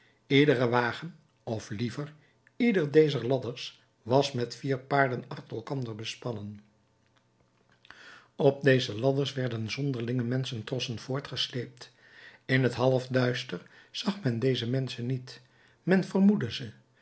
iedere wagen of liever ieder dezer ladders was met vier paarden achter elkander bespannen op deze ladders werden zonderlinge menschentrossen voortgesleept in het halfduister zag men deze menschen niet men vermoedde ze